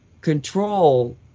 control